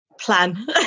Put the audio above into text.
plan